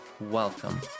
Welcome